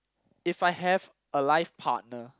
if I have a life partner